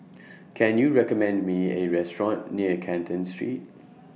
Can YOU recommend Me A Restaurant near Canton Street